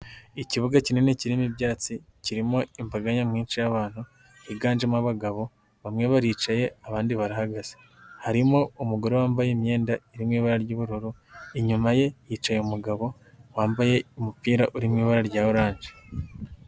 Ikibuga kinini kirimo ibyatsi kirimo imbaga nyamwinshi y'abantu higanjemo abagabo, bamwe baricaye abandi barahagaze, harimo umugore wambaye imyenda iri mu ibara ry'ubururu, inyuma ye hicaye umugabo wambaye umupira uri mu ibara rya oranje.